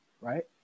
right